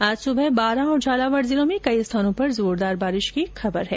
आज सुबह बारां और झालावाड़ जिलों में कई स्थानों पर जोरदार बारिश की खबर है